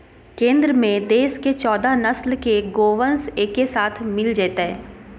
केंद्र में देश के चौदह नस्ल के गोवंश एके साथ मिल जयतय